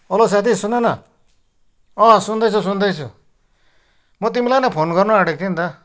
hello साथी सुन न अँ सुन्दैछु सुन्दैछु म तिमीलाई नै फोन गर्न आँटेको थिएँ नि त